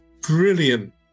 brilliant